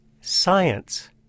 science